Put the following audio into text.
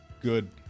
good